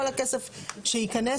כל הכסף שייכנס,